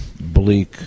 bleak